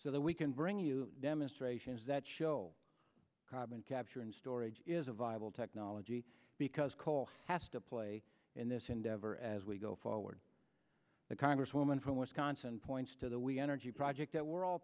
so that we can bring you demonstrations that show carbon capture and storage is a viable technology because coal has to play in this endeavor as we go forward the congresswoman from wisconsin points to the way energy project that we're all